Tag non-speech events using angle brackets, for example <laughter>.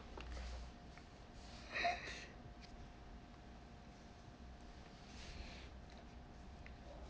<noise> <breath>